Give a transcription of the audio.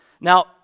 Now